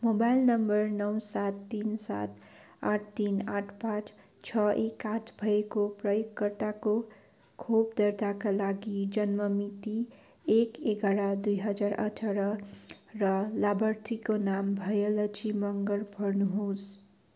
mobile number नौ सात तिन सात आठ तिन आठ पाँच छ एक आठ भएको प्रयोगकर्ताको खोप दर्ताका लागि जन्म मिति एक एघार दुई हजार अठार र लाभार्थीको नाम भयलक्षी मगर भर्नुहोस्